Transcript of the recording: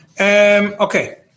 Okay